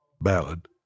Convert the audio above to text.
ballad